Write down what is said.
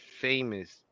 famous